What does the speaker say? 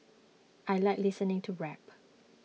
I like listening to rap